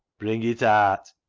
bring it aat,